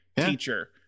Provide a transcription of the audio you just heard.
teacher